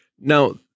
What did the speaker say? Now